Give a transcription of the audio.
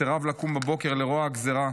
סירב לקום בבוקר לרוע הגזירה.